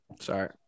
Sorry